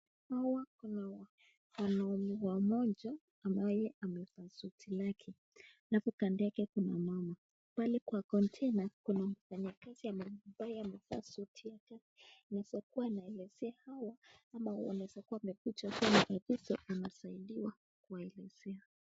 Hawa kuna wanaume mmoja ambaye amevaa suti lake, alafu kando yake kuna mama. Pale kwa kontena kuna mfanyikazi ambaye amevaa suti yake. Inaweza kuwa anaelezea hawa ama wanaweza kuwa wamekuja tu kwa minajili ya kusaidiwa kuwaelezea.